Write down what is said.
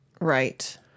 Right